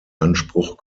anspruch